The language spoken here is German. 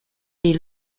die